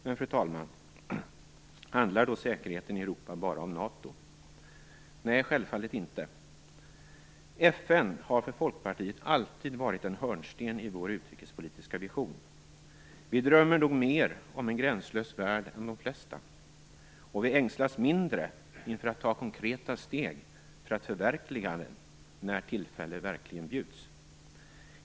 Men, fru talman, handlar säkerheten i Europa då bara om NATO? Nej, självfallet inte. FN har alltid varit en hörnsten i Folkpartiets utrikespolitiska vision. Vi drömmer nog mer om en gränslös värld än de flesta. Och vi ängslas mindre inför att ta konkreta steg för att förverkliga den när tillfälle verkligen bjuds.